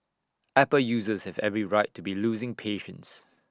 Apple users have every right to be losing patience